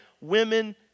Women